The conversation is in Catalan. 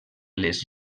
les